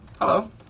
Hello